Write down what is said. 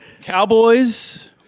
Cowboys